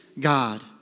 God